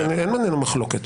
שהכנסתי בהסכמה,